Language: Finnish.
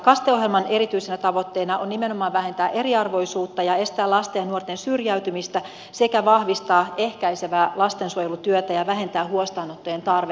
kaste ohjelman erityisenä tavoitteena on nimenomaan vähentää eriarvoisuutta ja estää lasten ja nuorten syrjäytymistä sekä vahvistaa ehkäisevää lastensuojelutyötä ja vähentää huostaanottojen tarvetta